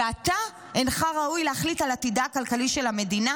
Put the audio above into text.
ואתה אינך ראוי להחליט על עתידה הכלכלי של המדינה